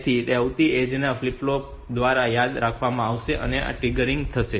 તેથી આ વધતી ઍજ આ ફ્લિપ ફ્લોપ દ્વારા યાદ રાખવામાં આવશે અને આ ટ્રિગરિંગ થશે